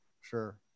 Sure